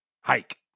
hike